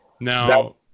now